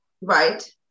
right